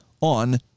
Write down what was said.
on